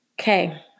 Okay